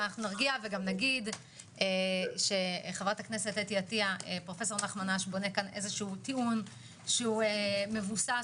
נגיד שפרופ' נחמן אש בונה כאן טיעון שהוא מבוסס